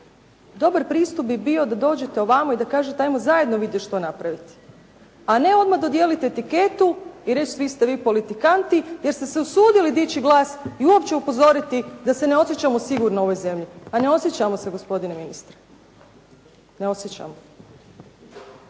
Dobar pristup bi bio da dođete ovamo i da kažete hajmo zajedno vidjeti što napraviti, a ne odmah dodijeliti etiketu i reći svi ste vi politikanti jer ste se usudili dići glas i uopće upozoriti da se ne osjećamo sigurno u ovoj zemlji. Pa ne osjećamo se gospodine ministre! Ne osjećamo.